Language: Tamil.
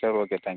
சரி ஓகே தேங்க்யூ